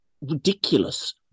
ridiculous